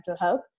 health